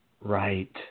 Right